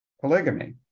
polygamy